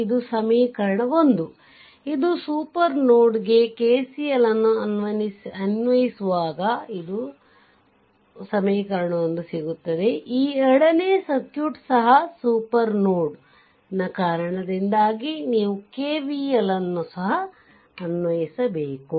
ಇದು ಸಮೀಕರಣ 1 ಇದು ಸೂಪರ್ ನೋಡ್ಗೆ ಕೆಸಿಎಲ್ ಅನ್ನು ಅನ್ವಯಿಸುವಾಗ ಇದು 1 ಸಮೀಕರಣ ಈ ಎರಡನೆಯ ಸರ್ಕ್ಯೂಟ್ಗೆ ಸಹ ಸೂಪರ್ ನೋಡ್ನ ಕಾರಣದಿಂದಾಗಿ ನೀವು KVL ಅನ್ನು ಸಹ ಅನ್ವಯಿಸಬೇಕು